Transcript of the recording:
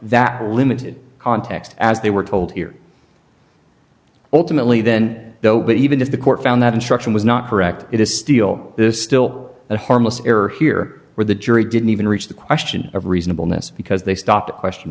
that limited context as they were told here ultimately then though what even if the court found that instruction was not correct it is steel this still a harmless error here where the jury didn't even reach the question of reasonableness because they stopped at question